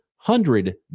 Hundred